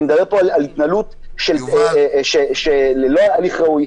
על התנהלות ללא הליך ראוי,